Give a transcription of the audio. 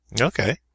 Okay